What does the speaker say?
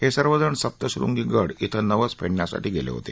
हे सर्वजण सप्तशृंगी गड इथं नवस फेडण्यासाठी गेले होते